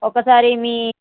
ఒకసారి మీ